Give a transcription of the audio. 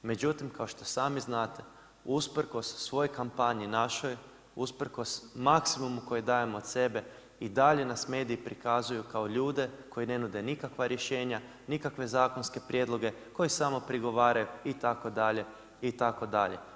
Međutim, kao što sami znate usprkos svoj kampanji našoj, usprkos maksimumu koji dajemo od sebe i dalje nas mediji prikazuju kao ljude koji ne nude nikakva rješenja, nikakve zakonske prijedloge, koji samo prigovaraju itd. itd.